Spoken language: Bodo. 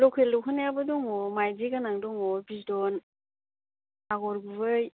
लकेल दख'नायाबो दङ मायदि गोनां दङ बिदन आगर गुबै